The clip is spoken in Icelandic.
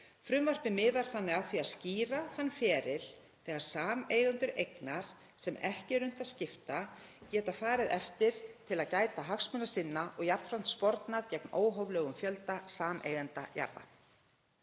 Frumvarpið miðar þannig að því að skýra þann feril sem sameigendur eignar sem ekki er unnt að skipta geta farið eftir til að gæta hagsmuna sinna og jafnframt spornað gegn óhóflegum fjölda sameigenda jarða.